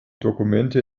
dokumente